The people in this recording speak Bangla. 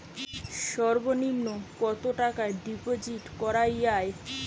সর্ব নিম্ন কতটাকা ডিপোজিট করা য়ায়?